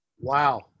Wow